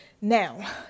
Now